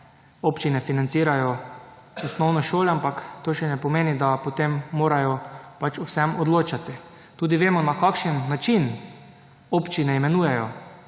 občine financirajo osnovne šole, ampak to še ne pomeni, da potem morajo pač o vsem odločati. Tudi vemo na kakšen način občine imenujejo